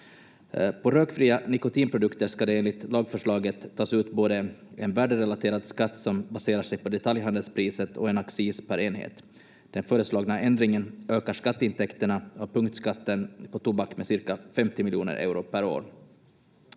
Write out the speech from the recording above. På rökfria nikotinprodukter ska det enligt lagförslaget tas ut både en värderelaterad skatt, som baserar sig på detaljhandelspriset, och en accis per enhet. Den föreslagna ändringen ökar skatteintäkterna av punktskatten på tobak med cirka 50 miljoner euro per år.